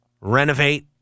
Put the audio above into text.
renovate